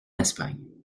espagne